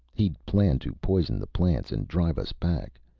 he'd planned to poison the plants and drive us back.